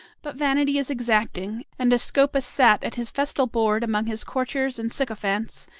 but vanity is exacting and as scopas sat at his festal board among his courtiers and sycophants,